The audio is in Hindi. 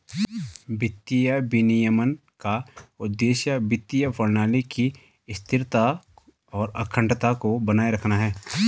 वित्तीय विनियमन का उद्देश्य वित्तीय प्रणाली की स्थिरता और अखंडता को बनाए रखना है